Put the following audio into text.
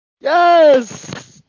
Yes